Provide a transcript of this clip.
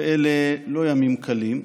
ואלה לא ימים קלים,